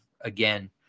again